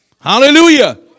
Hallelujah